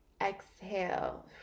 exhale